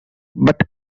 but